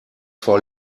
vor